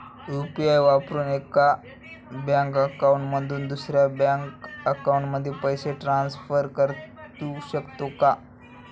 UPI वापरून एका bank account मधून दुसऱ्या बँक अकाउंटमध्ये पैसे ट्रान्सफर करू शकतो का?